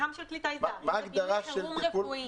ביום רביעי שעבר,